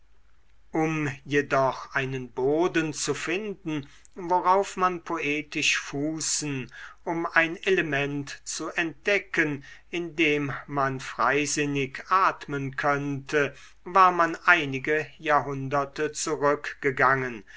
um jedoch einen boden zu finden worauf man poetisch fußen um ein element zu entdecken in dem man freisinnig atmen könnte war man einige jahrhunderte